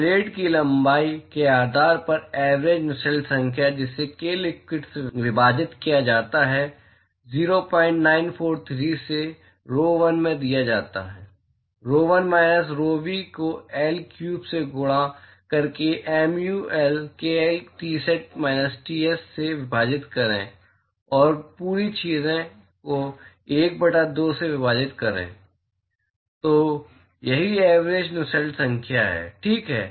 plate की लंबाई के आधार पर ऐवरेज नुसेल्ट संख्या जिसे k liquid से विभाजित किया जाता है 0943 से rho l में दिया जाता है g rho l minus rho v को L क्यूब से गुणा करके mu l k l Tsat minus Ts से विभाजित करें और पूरी चीज़ को 1 बटा 2 से विभाजित करें तो यही ऐवरेज नुसेल्ट संख्या है ठीक है